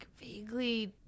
vaguely